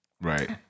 Right